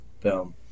boom